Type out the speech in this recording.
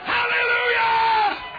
Hallelujah